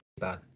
bad